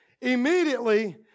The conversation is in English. Immediately